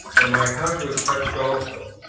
and my heart was touched also.